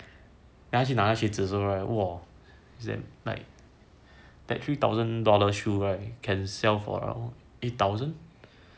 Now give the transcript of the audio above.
then 他去拿那个靴子的时候 right !whoa! then like that three thousand dollar shoe right can sell for around eight thousand